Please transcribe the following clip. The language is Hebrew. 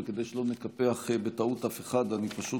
וכדי שלא נקפח בטעות אף אחד אני פשוט